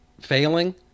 failing